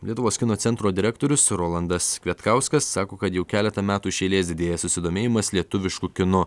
lietuvos kino centro direktorius rolandas kvietkauskas sako kad jau keletą metų iš eilės didėja susidomėjimas lietuvišku kinu